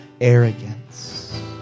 arrogance